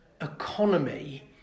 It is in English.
economy